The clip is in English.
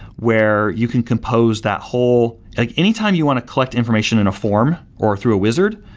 where you can compose that whole, like anytime you want to collect information in a form or through a wizard,